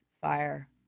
fire